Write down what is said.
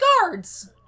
guards